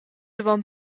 avon